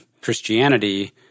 Christianity